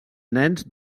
nens